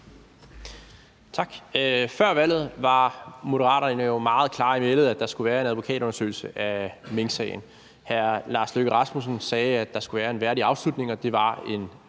Tak. Før valget var Moderaterne jo meget klare i mælet om, at der skulle være en advokatundersøgelse af minksagen. Hr. Lars Løkke Rasmussen sagde, at der skulle være en værdig afslutning, og det var en